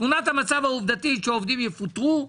תמונת המצב העובדתית היא שהעובדים יפוטרו,